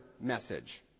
message